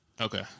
Okay